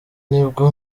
nibwo